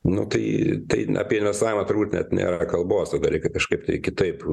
nu tai tai na apie investavimą turbūt net nėra kalbos tu gali tai kažkaip kitaip